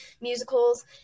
musicals